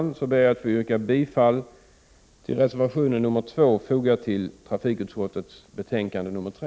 Med det anförda ber jag att få yrka bifall till reservation nr 2, som är fogad till trafikutskottets betänkande nr 3.